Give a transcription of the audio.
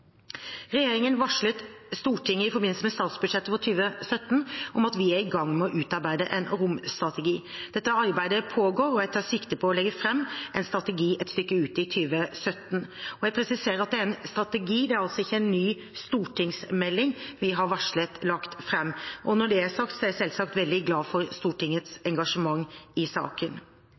Regjeringen varslet Stortinget i forbindelse med statsbudsjettet for 2017 om at vi er i gang med å utarbeide en romstrategi. Dette arbeidet pågår, og jeg tar sikte på å legge fram en strategi et stykke ut i 2017. Jeg presiserer at det er en strategi – ikke en ny stortingsmelding – vi har varslet å legge fram. Når det er sagt, er jeg selvsagt veldig glad for Stortingets engasjement i saken.